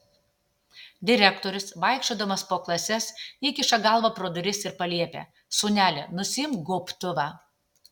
direktorius vaikščiodamas po klases įkiša galvą pro duris ir paliepia sūneli nusiimk gobtuvą